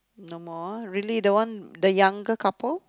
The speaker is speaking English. no more really the one the younger couple